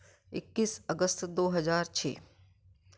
इक्कीस अगस्त दो हजार छः